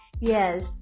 Yes